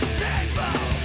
table